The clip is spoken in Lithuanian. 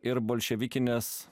ir bolševikinės